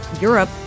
Europe